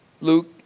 Luke